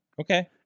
Okay